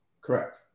Correct